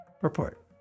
Report